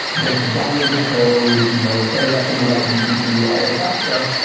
they have to download the code. you know set it up in the right vpc, all of that stuff.